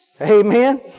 Amen